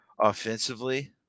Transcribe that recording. offensively